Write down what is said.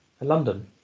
London